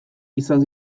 izan